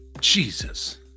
Jesus